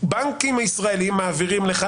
בנקים ישראליים מעבירים לך,